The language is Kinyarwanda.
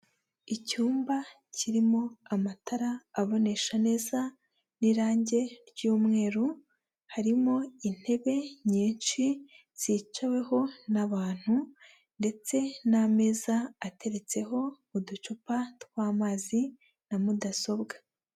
Icyumba kirimo amatara abonesha neza n'irange ry'umweru, harimo intebe nyinshi zicaweho n'abantu ndetse n'ameza ateretseho uducupa tw'amazi na mudasobwa.